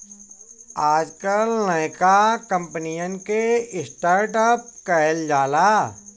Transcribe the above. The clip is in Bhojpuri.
आजकल नयका कंपनिअन के स्टर्ट अप कहल जाला